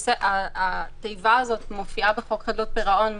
התיבה הזו מופיעה בחוק חדלות פירעון,